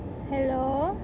hello